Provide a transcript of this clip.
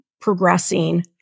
progressing